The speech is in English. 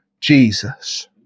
Jesus